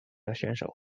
选手